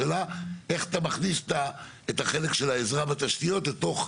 השאלה היא איך אתה מכניס את החלק של העזרה בתשתיות בתוך,